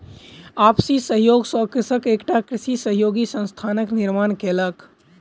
आपसी सहयोग सॅ कृषक एकटा कृषि सहयोगी संस्थानक निर्माण कयलक